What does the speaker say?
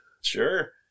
Sure